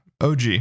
OG